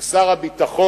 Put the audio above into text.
של שר הביטחון,